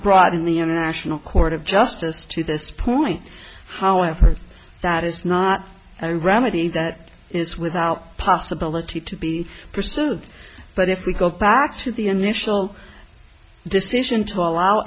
brought in the international court of justice to this point however that is not iran i mean that is without possibility to be pursued but if we go back to the initial decision to allow